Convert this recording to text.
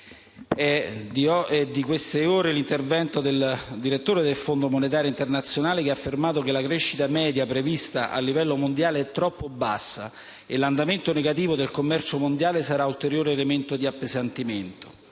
È di queste ore l'intervento del direttore del Fondo monetario internazionale, il quale ha affermato che la crescita media prevista a livello mondiale è troppo bassa e l'andamento negativo del commercio mondiale sarà ulteriore elemento di appesantimento.